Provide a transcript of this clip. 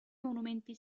monumenti